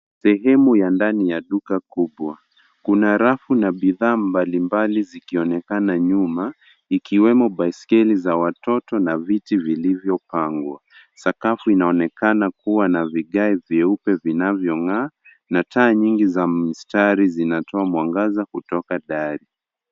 Sehemu ya ndani ya duka kubwa, kuna rafu na bidhaa mbalimbali zikionekana nyuma, ikiwemo baiskeli za watoto na viti vilivyopangwa. sakafu inaonekana kuwa na vigae vyeupe vinavyong'aa na taa nyingi za mstari zinatoa mwangaza kutoka dari.